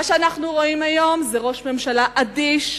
מה שאנחנו רואים היום זה ראש ממשלה אדיש,